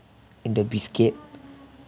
in the biscuit